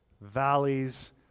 valleys